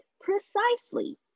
precisely